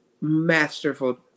masterful